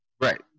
right